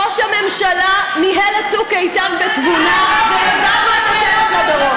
ראש הממשלה ניהל את צוק איתן בתבונה והחזיר את השקט לדרום,